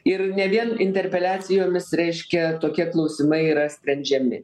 ir ne vien interpeliacijomis reiškia tokie klausimai yra sprendžiami